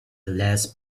less